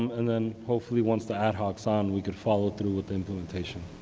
and then hopefully once the ad hoc is on we could follow through with implementation.